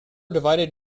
divided